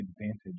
advantage